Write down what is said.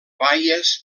baies